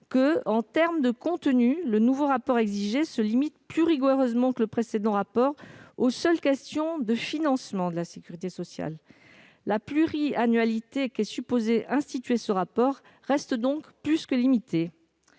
« en termes de contenu, le nouveau rapport exigé se limite plus rigoureusement que le précédent rapport aux seules questions de financement de la sécurité sociale ». La pluriannualité que ce rapport est censé instituer reste donc on ne peut plus limitée.